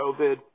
COVID